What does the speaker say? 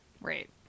right